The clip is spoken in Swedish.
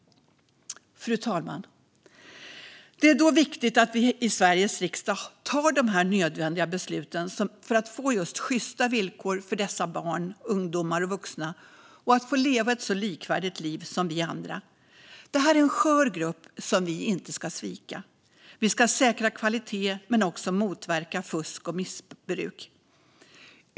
Fru talman! Det är viktigt att vi i Sveriges riksdag fattar de nödvändiga besluten för att få sjysta villkor för dessa barn, ungdomar och vuxna så att de får leva ett lika värdigt liv som vi andra. Det här är en skör grupp som vi inte ska svika. Vi ska säkra kvalitet men också motverka fusk och missbruk.